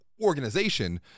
organization